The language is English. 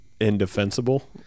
indefensible